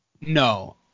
No